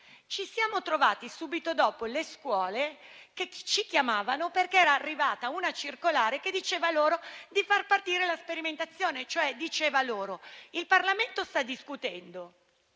ci siamo trovati subito dopo le scuole che ci chiamavano perché era arrivata una circolare che diceva loro di far partire la sperimentazione. Diceva loro cioè che il Parlamento stava discutendo,